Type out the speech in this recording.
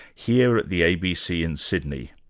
here at the abc in sydney.